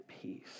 peace